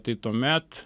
tai tuomet